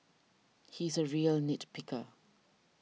he is a real nit picker